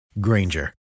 Granger